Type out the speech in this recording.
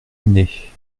dîner